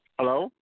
Hello